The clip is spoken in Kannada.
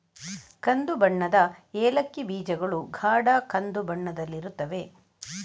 ಕಂದು ಬಣ್ಣದ ಏಲಕ್ಕಿ ಬೀಜಗಳು ಗಾಢ ಕಂದು ಬಣ್ಣದಲ್ಲಿರುತ್ತವೆ